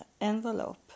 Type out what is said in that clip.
envelope